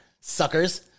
suckers